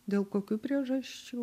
dėl kokių priežasčių